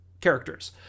characters